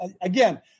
again